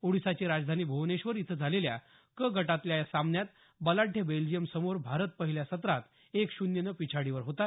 ओडीसाची राजधानी भुवनेश्वर इथं झालेल्या क गटातल्या या सामन्यात बलाढ्य बेल्जियम समोर भारत पहिल्या सत्रात एक शून्यनं पिछाडीवर होता